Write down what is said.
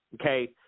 okay